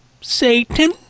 Satan